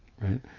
right